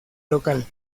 local